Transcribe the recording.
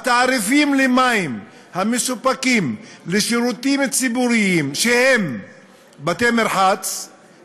התעריפים למים המסופקים לשירותים ציבוריים שהם בתי-מרחץ,